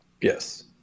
Yes